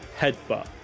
Headbutt